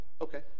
Okay